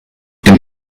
dem